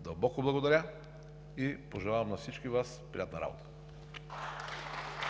дълбоко благодаря и пожелавам на всички Вас приятна работа! (Бурни